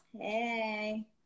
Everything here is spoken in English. hey